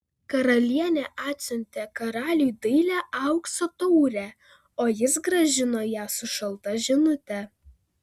karalienė atsiuntė karaliui dailią aukso taurę o jis grąžino ją su šalta žinute